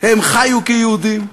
הם חיו כיהודים,